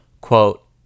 quote